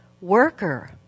worker